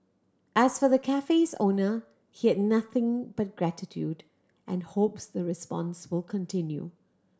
as for the cafe's owner he had nothing but gratitude and hopes the response will continue